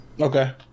Okay